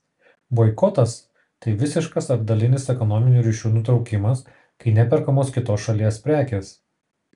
boikotas tai visiškas ar dalinis ekonominių ryšių nutraukimas kai neperkamos kitos šalies prekės